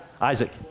Isaac